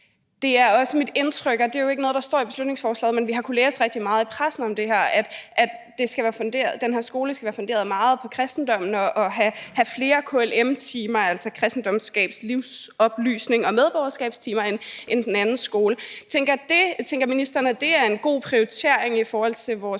Det er også mit indtryk, og det er jo ikke noget, der står i beslutningsforslaget, men vi har kunnet læse rigtig meget i pressen om det, at den her skole skal være funderet meget på kristendommen og have flere KLM-timer, altså timer i kristendomskundskab, livsoplysning og medborgerskab, end den anden skole. Tænker ministeren, at det er en god prioritering i forhold til vores